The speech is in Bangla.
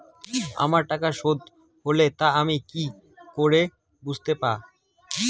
আমার টাকা শোধ হলে তা আমি কি করে বুঝতে পা?